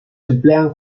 emplean